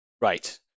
Right